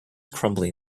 crumbling